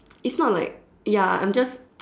it's not like ya I'm just